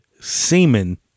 semen